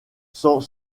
sans